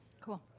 Cool